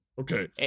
Okay